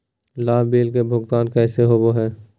लाभ बिल के भुगतान कैसे होबो हैं?